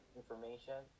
information